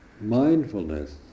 mindfulness